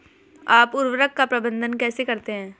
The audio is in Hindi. आप उर्वरक का प्रबंधन कैसे करते हैं?